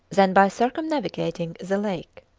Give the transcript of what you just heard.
than by circumnavigating the lake.